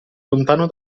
lontano